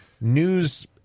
news